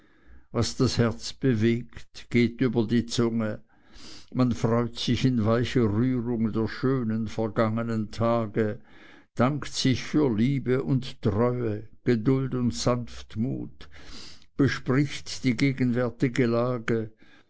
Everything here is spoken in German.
was das herz bewegt geht über die zunge man freut sich in weicher rührung der schönen vergangenen tage dankt sich für liebe und treue geduld und sanftmut bespricht die gegenwärtige lage